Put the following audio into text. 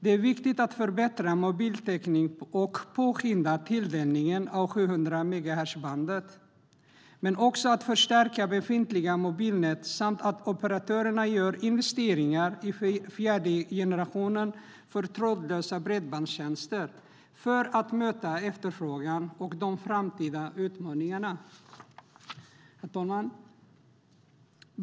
Det är viktigt att förbättra mobiltäckningen och påskynda tilldelningen av 700-megahertzbandet men också att förstärka befintliga mobilnät samt se till att operatörerna gör investeringar i fjärde generationen för trådlösa bredbandstjänster för att kunna möta efterfrågan och de framtida utmaningarna.